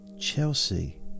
Chelsea